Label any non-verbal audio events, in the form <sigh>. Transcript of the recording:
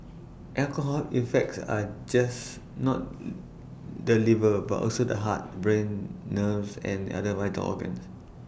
alcohol affects are just not <hesitation> the liver but also the heart brain nerves and other vital organs